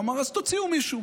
הוא אמר: אז תוציאו מישהו,